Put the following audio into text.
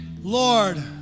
Lord